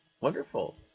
wonderful